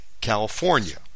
California